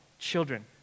Children